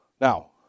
Now